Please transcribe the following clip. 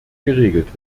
geregelt